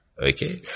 Okay